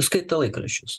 skaito laikraščius